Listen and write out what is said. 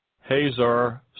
Hazar